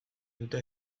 dute